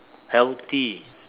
healthy